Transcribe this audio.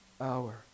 hour